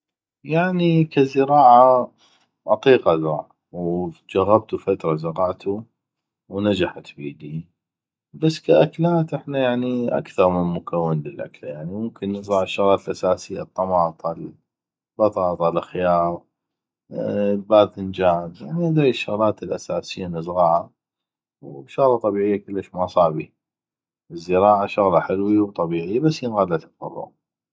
يعني ك زراعه اطيق ازرع وجغبتو فتره زغعتو ونجحت بيدي بس ك اكلات احنا يعني اكثغ من مكون للاكله ممكن نضع الشغلات الاساسية الطماطه البطاطه الخياغ الباتنجان يعني هذوي الشغلات الاساسية نزغعه وشغله طبيعيه كلش ما صعبي الزراعه شغله حلوي وطبيعي بس ينغادله تفرغ